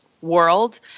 world